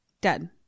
Dead